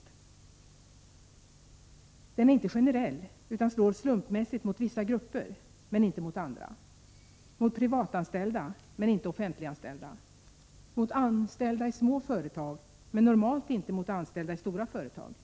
O Den är inte generell utan slår slumpmässigt mot vissa grupper men inte mot andra, mot privatanställda men inte mot offentliganställda, mot anställda i små företag men normalt inte mot anställda i stora företag,